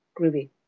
groovy